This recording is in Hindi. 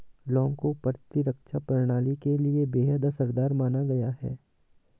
लौंग को प्रतिरक्षा प्रणाली के लिए बेहद असरदार माना गया है